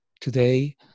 today